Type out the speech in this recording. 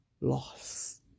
loss